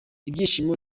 ibyishimo